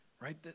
Right